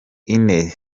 ine